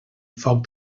foc